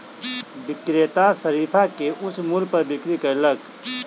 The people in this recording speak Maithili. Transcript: विक्रेता शरीफा के उच्च मूल्य पर बिक्री कयलक